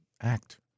act